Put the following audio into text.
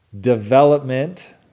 development